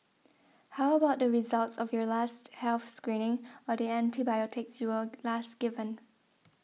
how about the results of your last health screening or the antibiotics you were last given